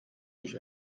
durch